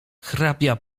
hrabia